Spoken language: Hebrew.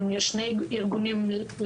המנהלים, יש שני ארגונים למנהלים.